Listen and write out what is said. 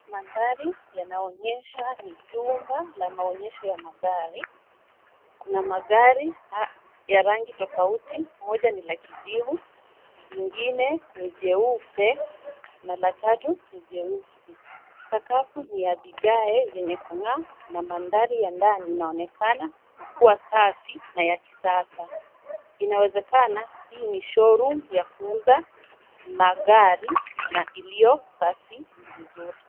Mandhari yanaonyesha ni jumba la maonyesho ya magari, kuna magari ya rangi tofauti, moja ni la kijivu, jingine ni jeupe, na la tatu ni jeusi. Sakafu ni ya vigai vyenye kung'aa na mandhali ya ndani inaonekana kuwa safi na ya kisasa. Inawezakana hii ni showroom ya kuuza magari na iliyo safi vizuri.